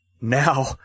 now